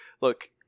Look